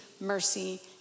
mercy